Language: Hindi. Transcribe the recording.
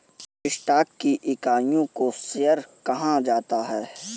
स्टॉक की इकाइयों को शेयर कहा जाता है